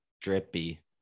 drippy